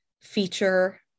feature